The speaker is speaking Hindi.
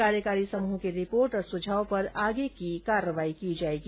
कार्यकारी समूह की रिपोर्ट और सुझाव पर आगे की कार्रवाई की जाएगी